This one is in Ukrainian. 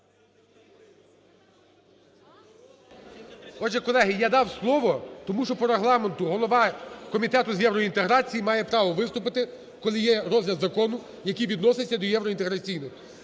Отже, колеги, я дав слово, тому що по Регламенту голова Комітету з євроінтеграції має право виступити, коли є розгляд закону, який відноситься до євроінтеграційних.